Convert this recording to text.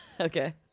Okay